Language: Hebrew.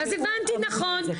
אז אני הבנתי נכון.